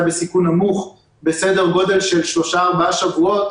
בסיכון נמוך בסדר גודל של 3 4 שבועות,